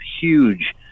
huge